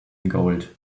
gold